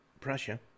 Prussia